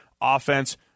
offense